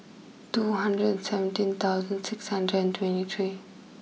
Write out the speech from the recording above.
two hundred and seventeen thousand six hundred and twenty three